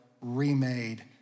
remade